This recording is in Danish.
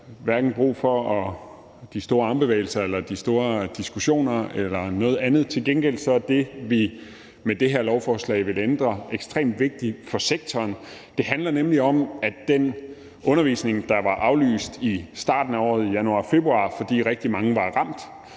hverken får brug for de store armbevægelser eller de store diskussioner eller noget andet. Til gengæld er det, vi vil ændre med det her lovforslag, ekstremt vigtigt for sektoren. Det handler nemlig om, at den undervisning, der var aflyst i starten af året, i januar og februar, på grund af at rigtig mange var